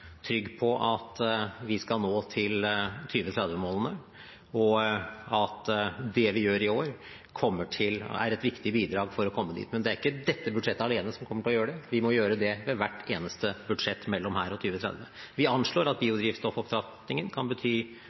trygg på at vi skal nå 2030-målene, og at det vi gjør i år, er et viktig bidrag for å komme dit. Men det er ikke dette budsjettet alene som kommer til å gjøre det. Vi må gjøre det ved hvert eneste budsjett mellom nå og 2030. Vi anslår at biodrivstoffopptrappingen kan bety